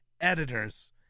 editors